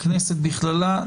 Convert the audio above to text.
הכנסת בכללה,